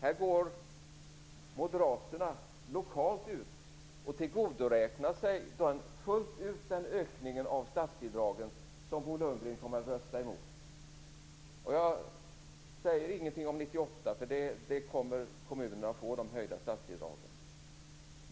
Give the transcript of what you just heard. Här går Moderaterna lokalt ut och tillgodoräknar sig fullt ut den ökning av statsbidragen som Bo Lundgren kommer att rösta emot. Jag säger ingenting om 1998, för då kommer kommunerna att få de höjda statsbidragen.